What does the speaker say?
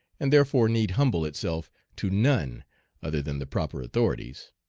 and therefore need humble itself to none other than the proper authorities.